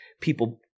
people